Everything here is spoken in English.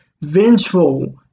vengeful